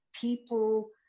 people